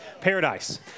paradise